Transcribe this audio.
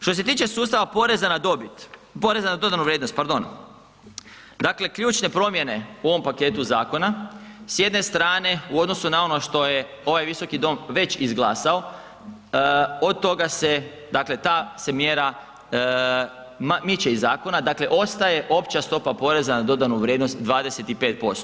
Što se tiče sustava poreza na dobit, poreza na dodanu vrijednost pardon, dakle ključne promijene u ovom paketu zakona s jedne strane u odnosu na ono što je ovaj visoki dom već izglasao, od toga se, dakle ta se mjera miče iz zakona, dakle ostaje opća stopa poreza na dodanu vrijednost 25%